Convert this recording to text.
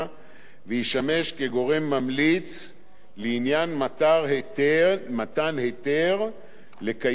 וישמש כגורם ממליץ לעניין מתן היתר לקיים פעילות